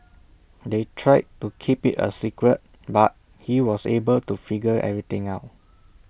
they tried to keep IT A secret but he was able to figure everything out